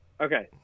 Okay